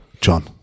John